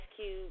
Cube